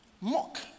mock